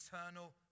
eternal